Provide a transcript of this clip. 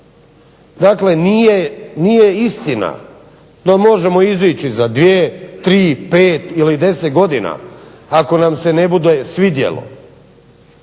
Dakle nije istina da možemo izaći za 2, 3, 5 ili 10 godina ako nam se ne bude svidjelo